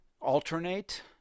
alternate